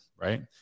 Right